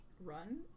Run